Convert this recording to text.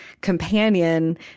companion